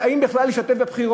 איפה נשמע דבר כזה?